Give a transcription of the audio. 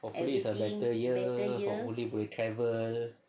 hopefully is a better year hopefully boleh travel